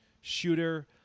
shooter